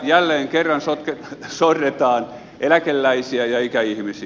jälleen kerran sorretaan eläkeläisiä ja ikäihmisiä